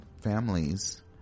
families